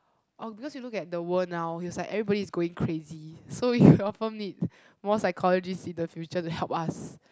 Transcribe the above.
obvious you look at the world now is like everybody is going crazy so if you open me more psychology in the future to help us